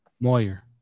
Moyer